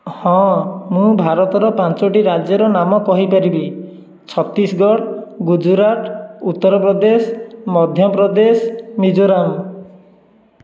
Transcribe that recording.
ହଁ ମୁଁ ଭାରତର ପାଞ୍ଚୋଟି ରାଜ୍ୟର ନାମ କହିପାରିବି ଛତିଶଗଡ଼ ଗୁଜୁରାଟ ଉତ୍ତରପ୍ରଦେଶ ମଧ୍ୟପ୍ରଦେଶ ମିଜୋରାମ